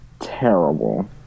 terrible